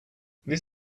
this